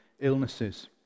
illnesses